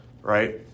right